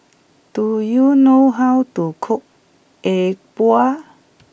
do you know how to cook E Bua